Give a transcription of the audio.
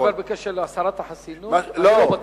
אם אתה מדבר בקשר להסרת החסינות, אני לא בטוח.